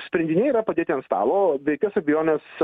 sprendiniai yra padėti ant stalo be jokios abejonės